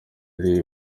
kwari